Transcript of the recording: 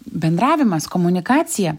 bendravimas komunikacija